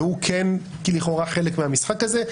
והוא כן לכאורה חלק מהמשחק הזה.